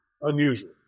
unusual